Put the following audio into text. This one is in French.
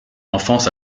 enfance